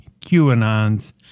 QAnon's